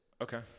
Okay